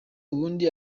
ubundi